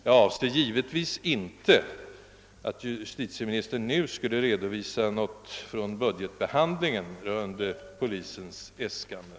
Jag avser då givetvis inte att justitieministern nu skulle redovisa någonting från budgetbehandlingen rörande polisens äskanden.